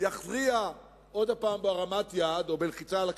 יכריע שוב בהרמת יד או בלחיצה על הכפתור.